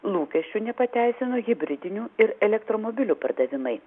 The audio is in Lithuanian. lūkesčių nepateisino hibridinių ir elektromobilių pardavimai